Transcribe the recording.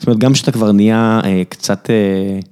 זאת אומרת, גם כשאתה כבר נהיה קצת...